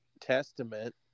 testament